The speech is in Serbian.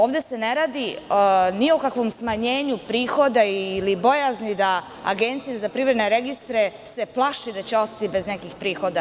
Ovde se ne radi ni o kakvom smanjenju prihoda ili bojazni da Agencija za privredne registre se plaši da će ostati bez nekih prihoda.